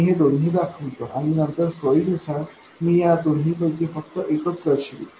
मी हे दोन्ही दाखवतो आणि नंतर सोयीनुसार मी या दोन्ही पैकी फक्त एकच दर्शविल